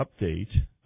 update